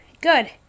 good